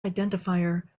identifier